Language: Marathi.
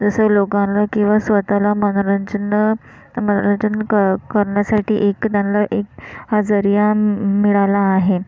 जसं लोकांना किंवा स्वत ला मनोरंजन मनोरंजन क करण्यासाठी एक त्यांना एक हा जरिया मिळाला आहे